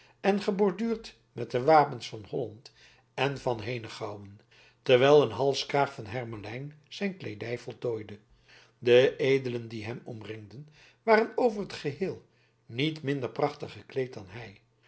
en geborduurd met de wapens van holland en van henegouwen terwijl een halskraag van hermelijn zijn kleedij voltooide de edelen die hem omringden waren over het geheel niet minder prachtig gekleed dan hij